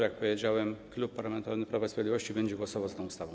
Tak jak powiedziałem, Klub Parlamentarny Prawo i Sprawiedliwość będzie głosował za tą ustawą.